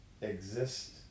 exist